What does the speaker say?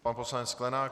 Pan poslanec Sklenák.